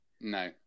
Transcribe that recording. No